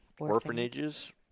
orphanages